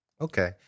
Okay